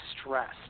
stressed